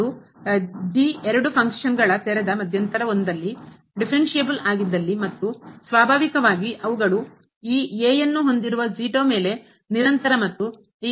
ಮತ್ತು ಎರಡು ಫಂಕ್ಷನ್ ತೆರೆದ ಮಧ್ಯಂತರ I ದಲ್ಲಿ ದಿಫರೆನ್ಸಿಯಬಲ್ ಮತ್ತು ಸ್ವಾಭಾವಿಕವಾಗಿ ಅವುಗಳು a ಯನ್ನು ಹೊಂದಿರುವ ಮೇಲೆ ನಿರಂತರ ಮತ್ತುಈ ಯು ಆಗಿರುತ್ತದೆ